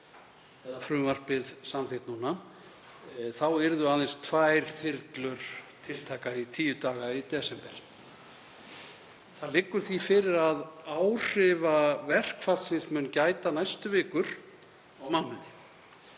eða frumvarpið samþykkt núna þá yrðu aðeins tvær þyrlur tiltækar í tíu daga í desember. Það liggur því fyrir að áhrifa verkfallsins mun gæta næstu vikur og mánuði.